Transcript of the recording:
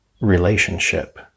relationship